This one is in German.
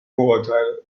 vorurteile